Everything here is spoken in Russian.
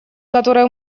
которые